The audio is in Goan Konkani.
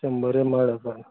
शंबर माड आसा